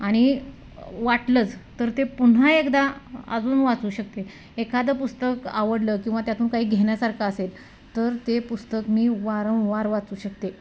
आणि वाटलंच तर ते पुन्हा एकदा अजून वाचू शकते एखादं पुस्तक आवडलं किंवा त्यातून काही घेण्यासारखं असेल तर ते पुस्तक मी वारंवार वाचू शकते